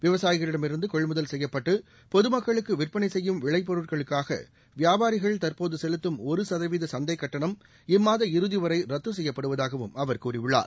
விவசாயிகளிடமிருந்து கொள்முதல் செய்யப்பட்டு பொதமக்களுக்கு விற்பனை செய்யும் விளை பொருட்களை வியாபாரிகள் தற்போது செலுத்தம் ஒரு சதவீத சந்தை கட்டணம் இம்மாத இறுதி வரை ரத்து செய்யப்படுவதாகவும் அவர் கூறியுள்ளார்